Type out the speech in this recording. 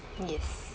yes